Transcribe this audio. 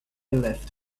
left